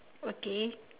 okay